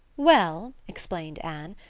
well, explained anne,